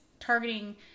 Targeting